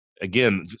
again